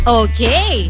okay